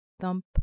Thump